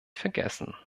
vergessen